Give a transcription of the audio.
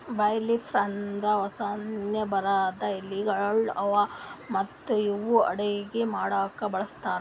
ಬೇ ಲೀಫ್ ಅಂದುರ್ ವಾಸನೆ ಬರದ್ ಎಲಿಗೊಳ್ ಅವಾ ಮತ್ತ ಇವು ಅಡುಗಿ ಮಾಡಾಕು ಬಳಸ್ತಾರ್